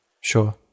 Sure